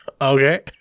Okay